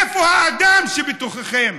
איפה האדם שבתוככם?